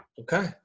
Okay